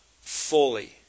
fully